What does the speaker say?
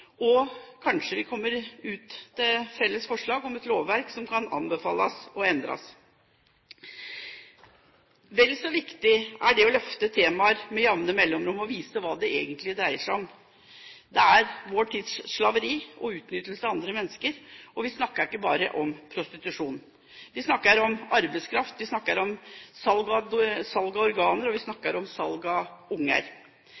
og kanskje kommer vi ut med et felles forslag til et lovverk som en kan anbefale å endre. Vel så viktig er det med jevne mellomrom å løfte temaer og vise hva dette egentlig dreier seg om – det er vår tids slaveri og utnyttelse av andre mennesker. Og vi snakker ikke bare om prostitusjon. Vi snakker om arbeidskraft, vi snakker om salg av organer, og vi snakker om salg av